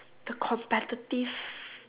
the competitive